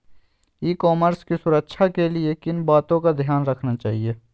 ई commerce की सुरक्षा के लिए किन बातों का ध्यान रखना चाहिए?